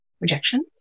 rejections